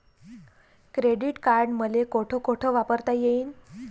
Credit card मले कोठ कोठ वापरता येईन?